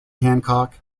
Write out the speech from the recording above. hancock